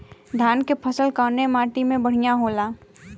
धान क फसल कवने माटी में बढ़ियां होला?